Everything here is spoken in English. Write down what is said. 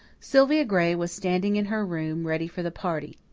sylvia gray was standing in her room, ready for the party.